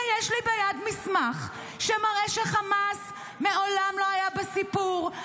יש לי ביד מסמך שמראה שחמאס מעולם לא היה בסיפור,